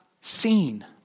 seen